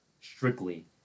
strictly